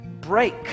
break